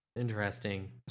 Interesting